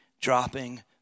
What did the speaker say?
dropping